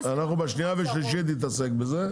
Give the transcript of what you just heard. בקריאה השנייה והשלישית נעסוק בזה.